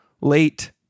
Late